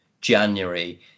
January